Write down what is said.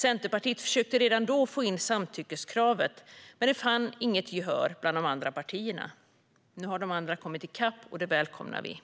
Centerpartiet försökte redan då få in samtyckeskravet, men det fanns inget gehör för det bland de andra partierna. Nu har de andra partierna kommit i kapp, och det välkomnar vi.